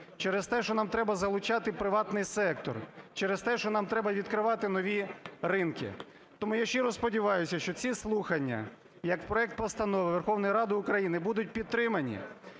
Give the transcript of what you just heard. через те, що нам треба залучати приватний сектор, через те, що нам треба відкривати нові ринки. Тому я щиро сподіваюся, що ці слухання як проект постанови Верховної Ради України будуть підтримані.